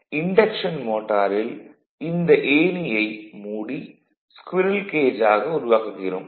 ஆக இன்டக்ஷன் மோட்டாரில் இந்த ஏணியை மூடி ஸ்குரீல் கேஜ் ஆக உருவாக்குகிறோம்